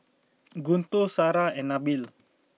Guntur Sarah and Nabil